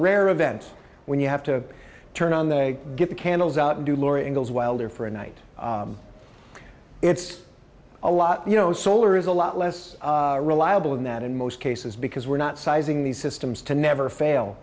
rare event when you have to turn on they get the candles out and do laura ingalls wilder for a night it's a lot you know solar is a lot less reliable and that in most cases because we're not sizing these systems to never fail